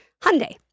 Hyundai